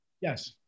yes